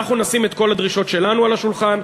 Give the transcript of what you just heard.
אנחנו נשים את כל הדרישות שלנו על השולחן,